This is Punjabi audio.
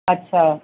ਅੱਛਾ